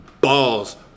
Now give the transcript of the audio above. balls